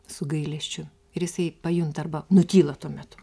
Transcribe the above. su gailesčiu ir jisai pajunta arba nutyla tuo metu